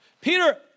Peter